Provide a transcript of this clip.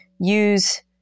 use